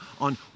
on